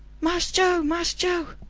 mass joe, mass joe!